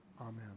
Amen